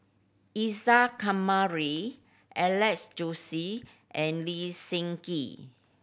Isa Kamari Alex Josey and Lee Seng Gee